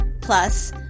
plus